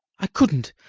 i couldn't!